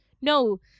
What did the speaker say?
No